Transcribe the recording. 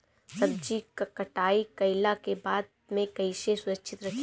सब्जी क कटाई कईला के बाद में कईसे सुरक्षित रखीं?